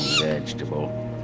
vegetable